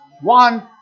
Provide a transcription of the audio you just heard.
One